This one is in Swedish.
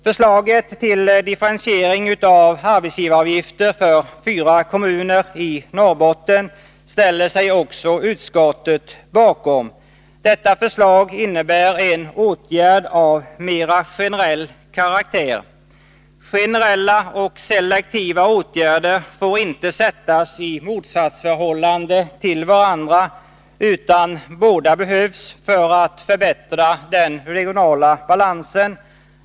Förslaget till differentiering av arbetsgivaravgifter för fyra kommuner i Norrbotten ställer sig också utskottet bakom. Detta förslag innebär en åtgärd av mera generell karaktär. Generella och selektiva åtgärder får inte sättas i motsatsförhållande till varandra, utan båda behövs för att förbättra den regionala balansen.